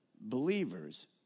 believers